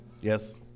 Yes